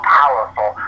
powerful